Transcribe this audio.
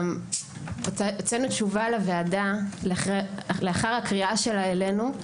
הוצאנו תשובה לוועדה לאחר הקריאה שלה אלינו.